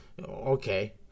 Okay